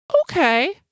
Okay